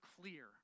clear